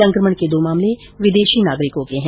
संकमण के दो मामले विदेशी नागरिकों के है